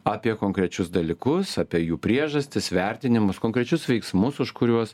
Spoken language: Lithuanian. apie konkrečius dalykus apie jų priežastis vertinimus konkrečius veiksmus už kuriuos